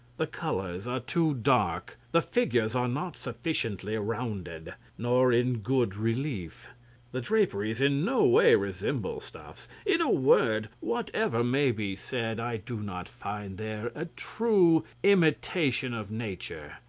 the colours are too dark, the figures are not sufficiently rounded, nor in good relief the draperies in no way resemble stuffs. in a word, whatever may be said, i do not find there a true imitation of nature.